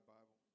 Bible